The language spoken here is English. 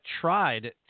tried